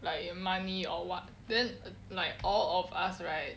like your money or what then like all of us right